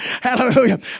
Hallelujah